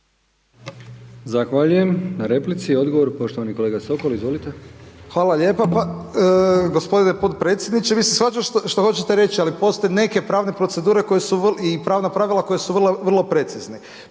Zahvaljujem na replici. Odgovor poštovani kolega Soko, izvolite. **Sokol, Tomislav (HDZ)** Hvala lijepa. Pa gospodine potpredsjedniče, mislim shvaćam što želite reći, ali postoje neke pravne procedure i pravna pravila koja su vrlo precizni.